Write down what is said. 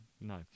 no